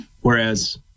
Whereas